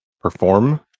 perform